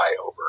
over